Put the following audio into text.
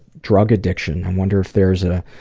drug addiction. i wonder if there is ah